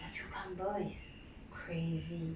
that cucumber is crazy